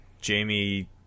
Jamie